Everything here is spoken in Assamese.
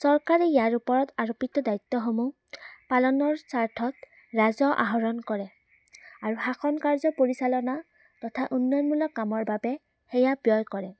চৰকাৰে ইয়াৰ ওপৰত আৰোপিত দায়িত্বসমূহ পালনৰ স্বাৰ্থত ৰাজ আহৰণ কৰে আৰু শাসন কাৰ্য পৰিচালনা তথা উন্নয়নমূলক কামৰ বাবে সেয়া ব্যয় কৰে